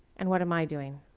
and what am i doing?